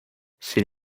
sin